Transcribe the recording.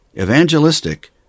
evangelistic